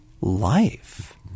life